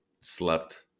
slept